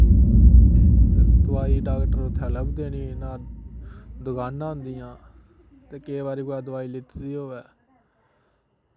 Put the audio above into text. ते दोआई डाक्टर उत्थै लभदे निं ना दकानां होंदियां ते केईं बारी कुतै दोआई लेती दी होऐ